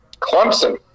Clemson